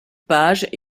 pages